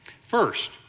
First